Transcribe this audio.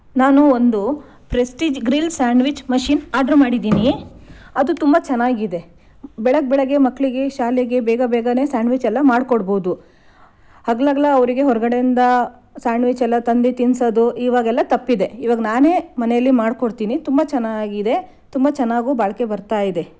ನಾನು ಒಂದು Prestige grill sandwich machine order ಮಾಡಿದ್ದೀನಿ ಅದು ತುಂಬ ಚೆನ್ನಾಗಿದೆ ಬೆಳಗ್ ಬೆಳಗ್ಗೆ ಮಕ್ಕಳಿಗೆ ಶಾಲೆಗೆ ಬೇಗ ಬೇಗನೇ ಸ್ಯಾಂಡ್ವಿಚ್ ಎಲ್ಲ ಮಾಡ್ಕೊಡ್ಬೋದು ಹಗ್ಲ್ ಹಗಲೇ ಅವರಿಗೆ ಹೊರಗಡೆಯಿಂದ ಸ್ಯಾಂಡ್ವಿಚ್ ಎಲ್ಲ ತಂದು ತಿನ್ನಿಸೋದು ಇವಾಗೆಲ್ಲ ತಪ್ಪಿದೆ ಇವಾಗ ನಾನೇ ಮನೆಯಲ್ಲಿ ಮಾಡಿಕೊಡ್ತೀನಿ ತುಂಬ ಚೆನ್ನಾಗಿದೆ ತುಂಬ ಚೆನ್ನಾಗೂ ಬಾಳಿಕೆ ಬರ್ತಾಯಿದೆ